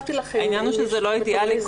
העניין הוא שזה לא אידיאלי,